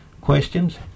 questions